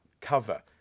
cover